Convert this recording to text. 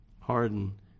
harden